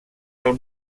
del